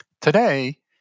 Today